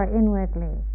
inwardly